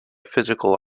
physical